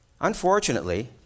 Unfortunately